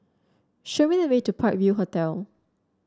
show me the way to Park View Hotel